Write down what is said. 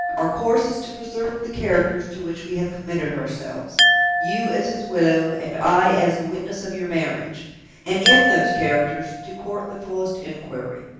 our course is to preserve the characters to which we have committed ourselves you as his widow, and i as the witness of your marriage and, in those characters, to court the fullest inquiry.